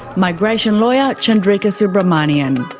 migration lawyer, chandrika subramaniyan.